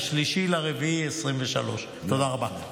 3 באפריל 2023. תודה רבה.